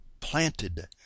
planted